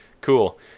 cool